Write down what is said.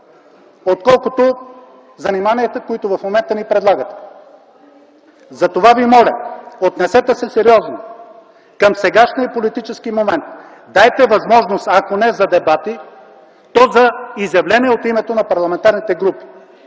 отколкото заниманията, които в момента ни предлагате. Затова Ви моля, отнесете се сериозно към сегашния политически момент, дайте възможност, ако не за дебати, то за изявления от името на парламентарните групи.